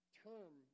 term